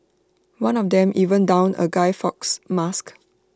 one of them even donned A guy Fawkes mask